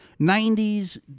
90s